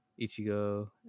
Ichigo